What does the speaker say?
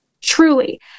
truly